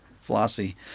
flossy